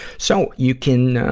so, you can, ah,